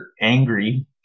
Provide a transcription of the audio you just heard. angry